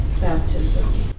baptism